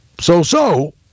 so-so